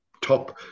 Top